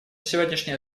сегодняшнее